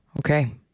Okay